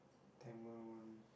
Tamil one